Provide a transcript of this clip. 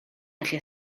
gallu